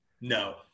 No